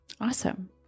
Awesome